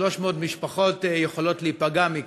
כ-300 משפחות יכולות להיפגע מכך.